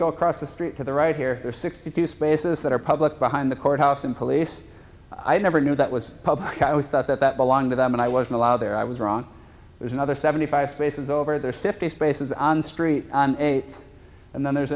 go across the street to the right here there are sixty two spaces that are public behind the courthouse and police i never knew that was public i always thought that that belonged to them and i wasn't allowed there i was wrong there's another seventy five spaces over there fifty spaces on street eight and then there's